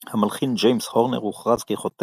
המלחין ג'יימס הורנר הוכרז ככותב